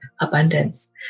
abundance